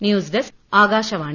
news desk Akashvani